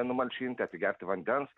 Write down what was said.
numalšinti atsigerti vandens